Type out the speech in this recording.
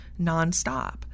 nonstop